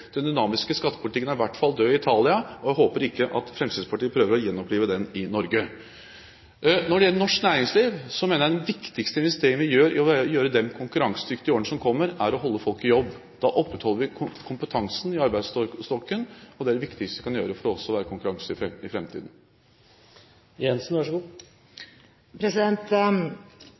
Den dynamiske skattepolitikken er i hvert fall død i Italia, og jeg håper ikke at Fremskrittspartiet prøver å gjenopplive den i Norge. Når det gjelder norsk næringsliv, mener jeg at den viktigste investeringen for å gjøre næringslivet konkurransedyktig i årene som kommer, er å holde folk i jobb. Da opprettholder vi kompetansen i arbeidsstokken, og det er det viktigste vi kan gjøre for også å være konkurransedyktige i